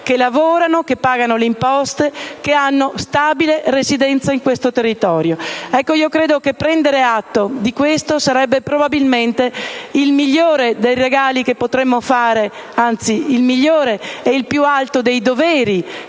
che lavorano, pagano le imposte e hanno stabile residenza in questo territorio. Credo che prendere atto di questo possa essere, probabilmente, il migliore dei regali, anzi il migliore e il più alto dei doveri